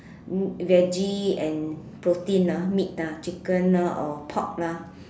mm veggie and protein ah meat lah chicken ah or pork lah